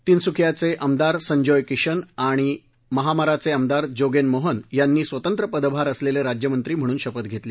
तिनसुकीयाचे आमदार संजोय किशन आणि महामाराचे आमदार जोगेन मोहन यांनी स्वतंत्र पदभार असलेले राज्यमंत्री म्हणून शपथ घेतली